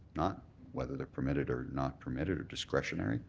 not whether they're permitted or not permitted or discretionary.